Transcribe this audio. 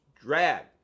drag